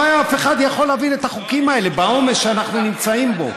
לא היה אף אחד שיכול להעביר את החוקים האלה בעומס שאנחנו נמצאים בו.